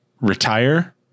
retire